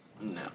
No